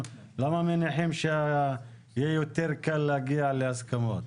למה מניחים שיהיה יותר קל להגיע להסכמות?